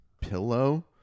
pillow